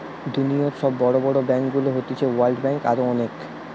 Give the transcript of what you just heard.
দুনিয়র সব বড় বড় ব্যাংকগুলো হতিছে ওয়ার্ল্ড ব্যাঙ্ক, আরো অনেক